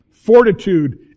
Fortitude